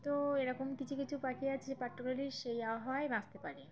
তো এরকম কিছু কিছু পাখি আছে পাখি গুলি সেই আবহাওয়ায় বাঁচতে পারে